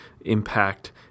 impact